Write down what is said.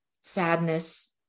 sadness